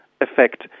effect